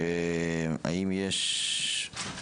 כשהמחלות שלהם אינן יציבות